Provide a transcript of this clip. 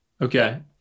okay